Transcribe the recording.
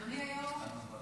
אדוני היו"ר,